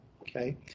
okay